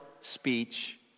speech